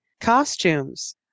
costumes